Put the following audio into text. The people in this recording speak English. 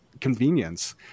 convenience